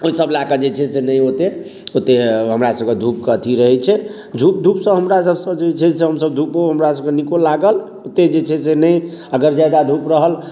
ओहिसब लऽ कऽ जे छै से नहि ओतेक ओतेक हमरासबके धूपके अथी रहै छै धूप धूपसँ हमरासबसँ जे छै से हमसब धूपो हमरासबके नीको लागल ओतेक जे छै से नहि अगर ज्यादा धूप रहल